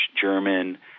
German